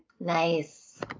Nice